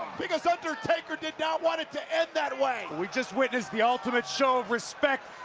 because undertaker did not want it to end that way. we just witnessed the ultimate show of respect.